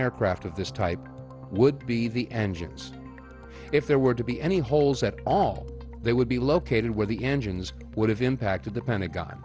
aircraft of this type would be the engines if there were to be any holes at all they would be located where the engines would have impacted the pentagon